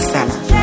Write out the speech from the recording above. Center